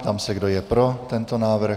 Ptám se, kdo je pro tento návrh.